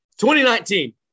2019